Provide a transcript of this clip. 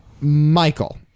Michael